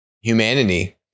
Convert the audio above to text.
humanity